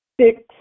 six